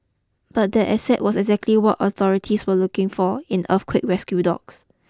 but that asset was exactly what authorities were looking for in earthquake rescue dogs